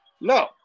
No